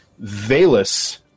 Valus